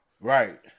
right